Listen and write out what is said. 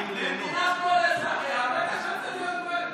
במדינת כל אזרחיה בטח שאני רוצה,